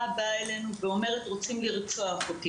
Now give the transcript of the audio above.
באה אלינו ואומרת "רוצים לרצוח אותי".